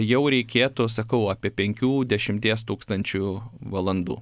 jau reikėtų sakau apie penkių dešimties tūkstančių valandų